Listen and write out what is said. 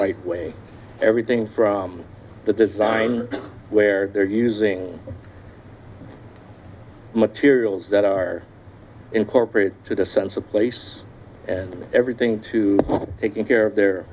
right way everything from the design where they're using materials that are incorporated to the sense of place everything to taking care of their